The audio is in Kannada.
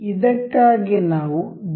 ಇದಕ್ಕಾಗಿ ನಾವು ಜ್ಯಾಮಿತಿಯನ್ನು ಹೊಂದಿಸೋಣ